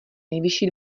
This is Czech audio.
nejvyšší